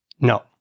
No